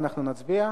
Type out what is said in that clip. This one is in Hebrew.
ואנחנו נצביע.